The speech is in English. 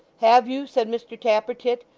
have you said mr tappertit,